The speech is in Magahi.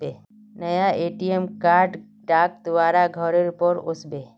नया ए.टी.एम कार्ड डाक द्वारा घरेर पर ओस बे